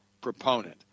proponent